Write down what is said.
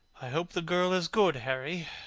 i hope the girl is good, harry.